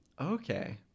Okay